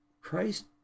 Christ